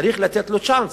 יש אפשרות.